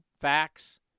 Facts